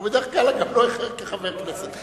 הוא בדרך כלל גם לא איחר כחבר כנסת,